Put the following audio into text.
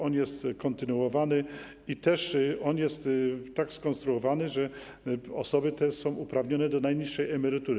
On jest kontynuowany i jest tak skonstruowany, że osoby są uprawnione do najniższej emerytury.